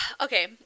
okay